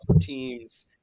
teams